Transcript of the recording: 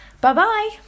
Bye-bye